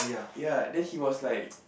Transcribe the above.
ya then he was like